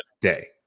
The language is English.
day